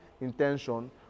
intention